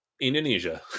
Indonesia